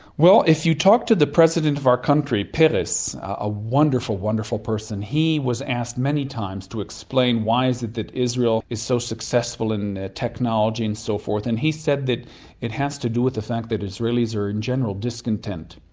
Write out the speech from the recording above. well, if you talk to the president of our country, peres, a wonderful, wonderful person, he was asked many times to explain why is it that israel is so successful in technology and so forth. and he said that it has to do with the fact that israelis are in general discontent.